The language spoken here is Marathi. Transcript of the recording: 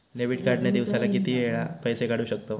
डेबिट कार्ड ने दिवसाला किती वेळा पैसे काढू शकतव?